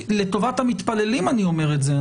לטובת המתפללים אני אומר את זה,